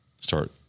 start